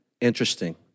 interesting